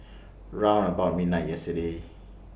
round about midnight yesterday